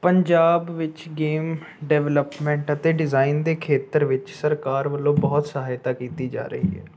ਪੰਜਾਬ ਵਿੱਚ game development ਅਤੇ design ਦੇ ਖੇਤਰ ਵਿੱਚ ਸਰਕਾਰ ਵੱਲੋਂ ਬਹੁਤ ਸਹਾਇਤਾ ਕੀਤੀ ਜਾ ਰਹੀ ਹੈ